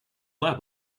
lab